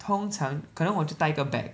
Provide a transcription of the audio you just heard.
通常可能我就戴一个 bag